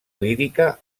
lírica